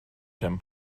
him